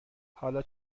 حالا